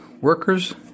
workers